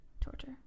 torture